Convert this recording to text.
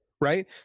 Right